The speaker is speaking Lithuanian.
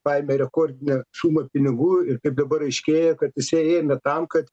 paėmė rekordinę sumą pinigų ir kaip dabar aiškėja kad jis ją ėmė tam kad